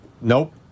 nope